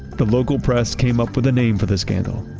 the local press came up with a name for this scandal,